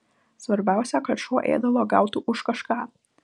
svarbiausia kad šuo ėdalo gautų už kažką